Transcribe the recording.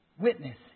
witness